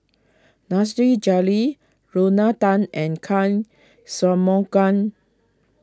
Nasir Jalil Lorna Tan and can Shanmugam